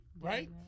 right